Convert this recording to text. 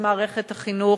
במערכת החינוך,